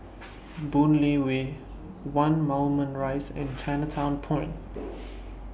Boon Lay Way one Moulmein Rise and Chinatown Point